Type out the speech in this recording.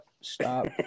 Stop